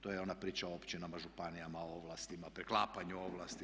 To je ona priča o općinama, županijama, ovlastima, preklapanju ovlasti.